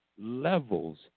levels